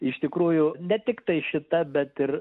iš tikrųjų ne tiktai šita bet ir